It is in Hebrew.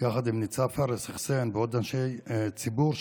עם ניצב פארס חוסיין ועוד אנשי ציבור,